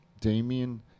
Damian